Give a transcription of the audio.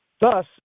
Thus